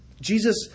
Jesus